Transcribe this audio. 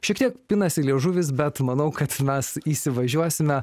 šiek tiek pinasi liežuvis bet manau kad mes įsivažiuosime